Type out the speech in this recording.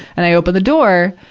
and i open the door,